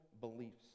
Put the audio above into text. beliefs